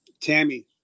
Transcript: Tammy